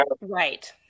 Right